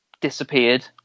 disappeared